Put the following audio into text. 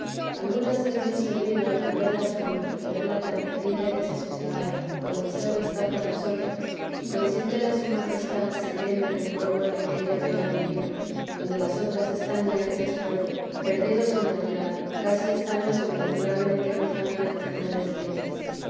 algunas es dios servido de haber lástima de verla tan perdida y desasosegada con deseo de estar con las otras y consiéntela su majestad se queme en el fuego de aquella vela divina donde las otras están ya hechas polvo perdido su natural casi estando sobrenaturalmente gozando de tan grandes bienes